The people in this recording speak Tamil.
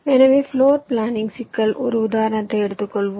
எனவே பிளோர் பிளானிங் சிக்கல் ஒரு உதாரணத்தை எடுத்துக் கொள்வோம்